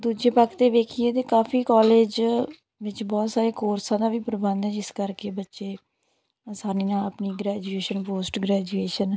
ਦੂਜੇ ਪੱਖ 'ਤੇ ਵੇਖੀਏ ਤਾਂ ਕਾਫੀ ਕਾਲਜ ਵਿੱਚ ਬਹੁਤ ਸਾਰੇ ਕੋਰਸਾਂ ਦਾ ਵੀ ਪ੍ਰਬੰਧ ਹੈ ਜਿਸ ਕਰਕੇ ਬੱਚੇ ਅਸਾਨੀ ਨਾਲ ਆਪਣੀ ਗ੍ਰੈਜੂਏਸ਼ਨ ਪੋਸਟ ਗ੍ਰੈਜੂਏਸ਼ਨ